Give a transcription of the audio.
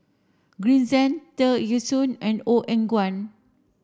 Green Zeng Tear Ee Soon and Ong Eng Guan